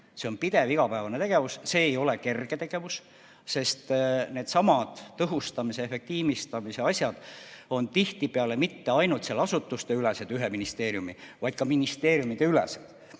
See on pidev igapäevane tegevus, ja see ei ole kerge tegevus, sest needsamad tõhustamise, efektiivistamise [sammud] on tihtipeale mitte ainult asutuseülesed, ühe ministeeriumi ülesed, vaid ka ministeeriumideülesed.